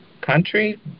country